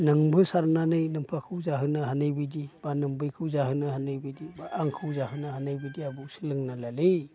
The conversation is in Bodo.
नोंबो सारनानै नोमफाखौ जाहोनो हानाय बायदि बा नोमबैखौ जाहोनो हानाय बायदि बा आंखौ जाहोनो हानाय बायदि आबौ सोलोंनानै ला लै